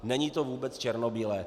Není to vůbec černobílé.